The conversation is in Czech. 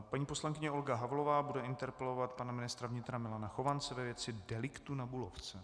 Paní poslankyně Olga Havlová bude interpelovat pana ministra vnitra Milana Chovance ve věci deliktu na Bulovce.